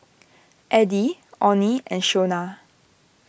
Addie Onnie and Shonna